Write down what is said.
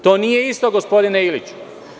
To nije isto gospodine Iliću.